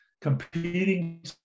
competing